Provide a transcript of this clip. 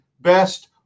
best